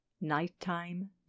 Nighttime